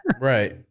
Right